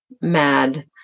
mad